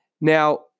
Now